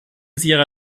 sierra